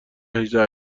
هجده